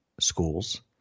schools